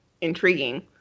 intriguing